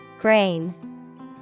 Grain